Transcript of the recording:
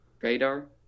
radar